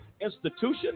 Institution